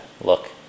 look